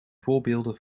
voorbeelden